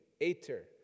Ater